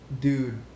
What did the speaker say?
Dude